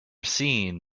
seen